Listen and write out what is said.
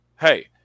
Hey